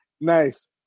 Nice